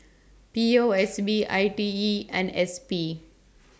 P O S B I T E and S P